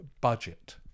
budget